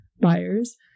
buyers